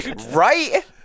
right